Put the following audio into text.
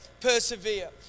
persevere